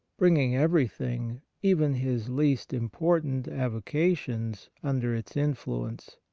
bringing everything, even his least important avocations, under its influence.